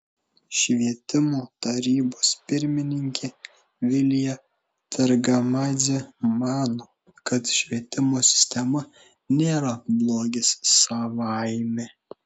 švietimo tarybos pirmininkė vilija targamadzė mano kad švietimo sistema nėra blogis savaime